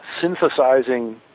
synthesizing